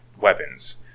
weapons